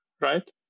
right